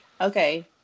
okay